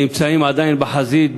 נמצאים עדיין בחזית,